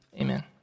Amen